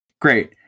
Great